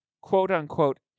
quote-unquote